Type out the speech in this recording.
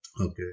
Okay